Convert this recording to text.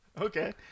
Okay